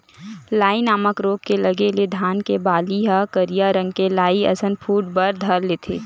लाई नामक रोग के लगे ले धान के बाली ह करिया रंग के लाई असन फूट बर धर लेथे